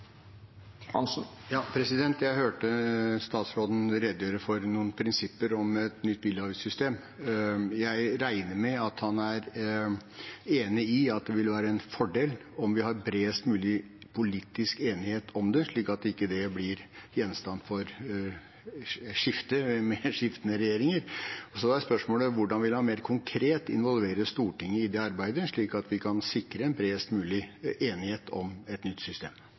noen prinsipper om et nytt bilavgiftssystem. Jeg regner med at han er enig i at det ville være en fordel om vi har bredest mulig politisk enighet om det, slik at det ikke blir gjenstand for skifte med skiftende regjeringer. Så da er spørsmålet hvordan han mer konkret vil involvere Stortinget i det arbeidet, slik at vi kan sikre en bredest mulig enighet om et nytt system.